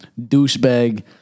douchebag